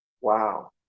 Wow